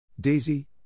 Daisy